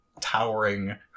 towering